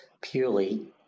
purely